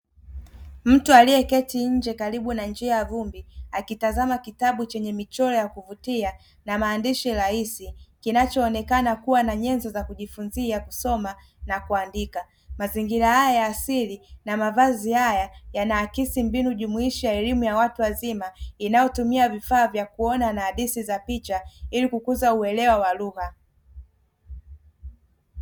Mtu aliyeketi nje karibu na njia ya vumbi akitazama kitabu chenye michoro ya kuvutia na maandishi rahisi. Kinachoonekana kuwa na nyenzo za kujifunzia kusoma na kuandika. Mazingira haya ya asili na mavazi haya yanaakisi mbinu jumuisha ya elimu ya watu wazima, inayotumia vifaa vya kuona na hadithi za picha ili kukuza uelewa wa lugha.